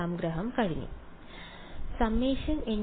സംഗ്രഹം കഴിഞ്ഞു ∞∑ ഇവിടെ i ഇല്ല